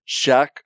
Shaq